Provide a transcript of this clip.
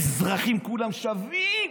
אזרחים כולם שווים.